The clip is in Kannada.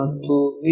ಮತ್ತು ವಿ